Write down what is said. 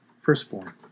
firstborn